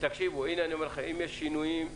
אם יש שינויים,